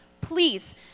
please